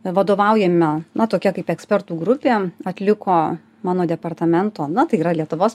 vadovaujama na tokia kaip ekspertų grupė atliko mano departamento na tai yra lietuvos